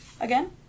again